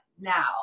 now